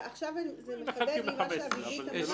ועכשיו זה מחדד לי מה שאביבית אמרה שאולי זה לא ברור,